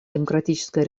демократическая